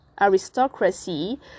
aristocracy